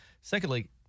Secondly